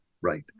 Right